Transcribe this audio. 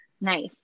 nice